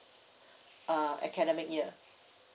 uh academic year